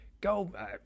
Go